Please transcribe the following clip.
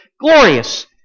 glorious